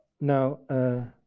Now